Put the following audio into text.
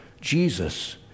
Jesus